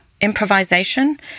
improvisation